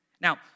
Now